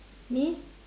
me